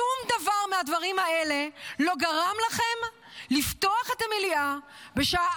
שום דבר מהדברים האלה לא גרם לכם לפתוח את המליאה בשעה